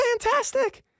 fantastic